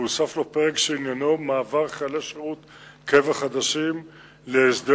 והוסף לו פרק שעניינו מעבר חיילי שירות קבע חדשים להסדר